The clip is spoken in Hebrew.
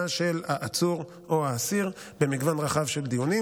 של העצור או האסיר במגוון רחב של דיונים,